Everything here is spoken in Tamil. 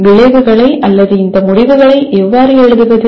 விளைவுகளை அல்லது இந்த முடிவுகளை எவ்வாறு எழுதுவது